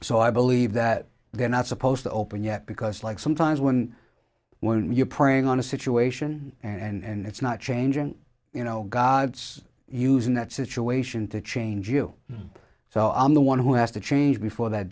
so i believe that they're not supposed to open yet because like sometimes when when you're praying on a situation and it's not changing you know god's using that situation to change you so i'm the one who has to change before that